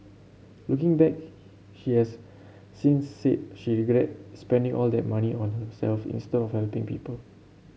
looking back she has since said she regret spending all that money on herself instead of helping people